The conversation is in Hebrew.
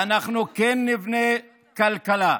ואנחנו כן נבנה כלכלה,